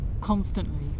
constantly